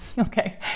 okay